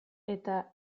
eta